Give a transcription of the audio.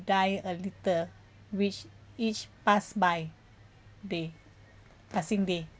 die a little which each pass by day passing day